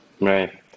Right